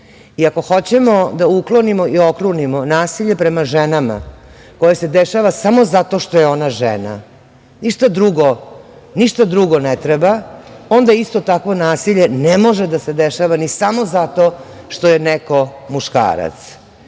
hoćemo da uklonimo i okrunimo nasilje prema ženama koje dešava samo zato što je ono žena, ništa drugo ne treba, onda isto takvo nasilje ne može da se dešava ni samo zato što je neko muškarac.